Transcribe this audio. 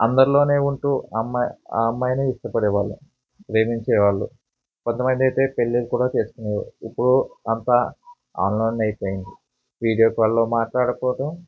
అందరిలోనే ఉంటూ అమ్మాయి ఆ అమ్మాయినే ఇష్టపడేవాళ్ళము ప్రేమించేవాళ్ళు కొంతమందైతే పెళ్ళిళ్ళు కూడా చేసుకునేవారు ఇప్పుడు అంతా ఆన్లైన్ అయిపొయింది వీడియో కాల్లో మాట్లాడుకోవటం